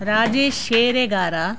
Rajesh Sheregar